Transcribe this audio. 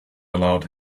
allowed